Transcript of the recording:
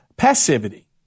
Passivity